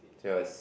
thus